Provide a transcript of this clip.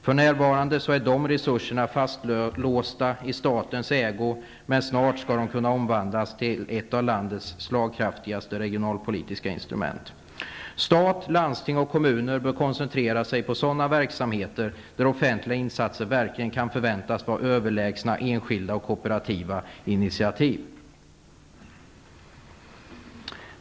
För närvarande är dessa resurser fastlåsta i statens ägo, men snart skall de kunna omvandlas till ett av landets slagkraftigaste regionalpolitiska instrument. Stat, landsting och kommuner bör koncentrera sig på sådana verksamheter där offentliga insatser verkligen kan förväntas vara överlägsna enskilda och kooperativa initiativ.